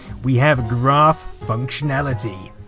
we have graph functionality.